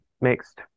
mixed